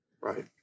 Right